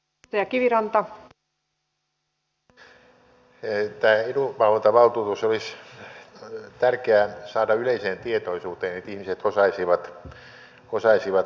tämä edunvalvontavaltuutus olisi tärkeä saada yleiseen tietoisuuteen että ihmiset osaisivat sellaisen tehdä